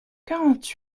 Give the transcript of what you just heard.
quarante